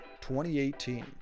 2018